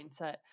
mindset